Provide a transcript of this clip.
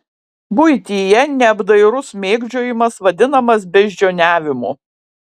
buityje neapdairus mėgdžiojimas vadinamas beždžioniavimu